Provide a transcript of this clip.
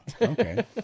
okay